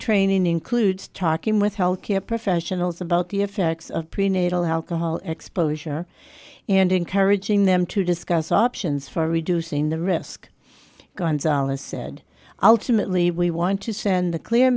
training includes talking with health care professionals about the effects of prenatal alcohol exposure and encouraging them to discuss options for reducing the risk gonzales said ultimately we want to send a clear